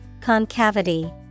Concavity